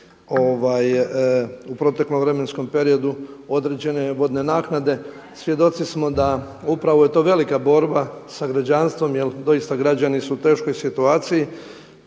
u proteklom vremenskom periodu određene vodne naknade, svjedoci smo da upravo je to velika borba sa građanstvom jel doista su građani u teškoj situaciji.